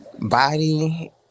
body